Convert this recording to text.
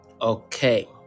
okay